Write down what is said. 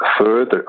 further